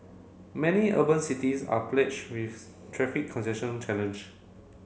many urban cities are with traffic challenge